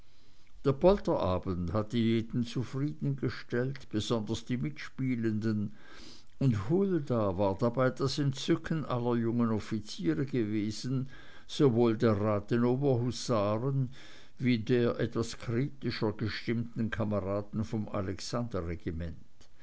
der polterabend hatte jeden zufriedengestellt besonders die mitspielenden und hulda war dabei das entzücken aller jungen offiziere gewesen sowohl der rathenower husaren wie der etwas kritischer gestimmten kameraden vom